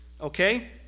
Okay